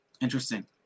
Interesting